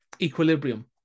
*Equilibrium*